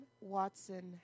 Watson